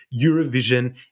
Eurovision